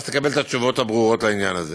ואז תקבל את התשובות הברורות לעניין הזה.